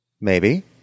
Maybe